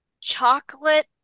chocolate